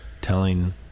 telling